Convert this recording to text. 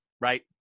right